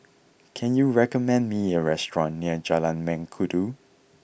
can you recommend me a restaurant near Jalan Mengkudu